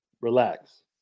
relax